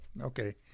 okay